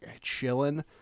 chilling